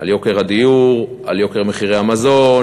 על יוקר הדיור, על יוקר מחירי המזון.